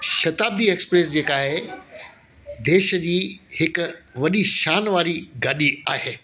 Shatabdi express जेका आहे देश जी हिकु वॾी शान वारी गाॾी आहे